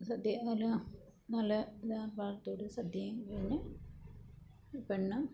സദ്യ നല്ല നല്ല ഇതാ സദ്യയും കഴിഞ്ഞു പെണ്ണ്